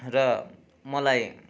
र मलाई